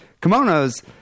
Kimonos